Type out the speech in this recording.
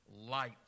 light